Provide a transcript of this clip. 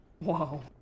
Wow